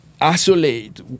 isolate